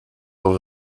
auch